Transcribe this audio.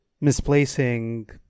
misplacing